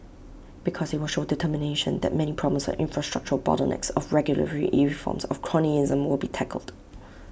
because IT will show determination that many problems of infrastructural bottlenecks of regulatory reforms of cronyism will be tackled